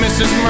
Mrs